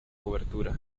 cobertura